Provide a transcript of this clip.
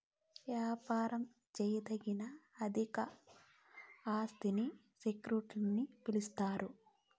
యాపారం చేయదగిన ఆర్థిక ఆస్తిని సెక్యూరిటీలని పిలిస్తారు